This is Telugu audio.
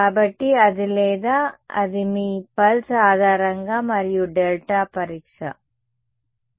కాబట్టి అది లేదా అది మీ పల్స్ ఆధారంగా మరియు డెల్టా పరీక్ష సరే